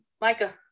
Micah